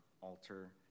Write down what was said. alter